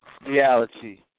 reality